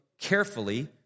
carefully